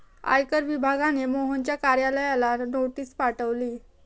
आयकर विभागाने मोहनच्या कार्यालयाला नोटीस पाठवली